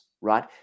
right